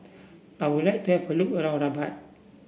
I would like to have a look around Rabat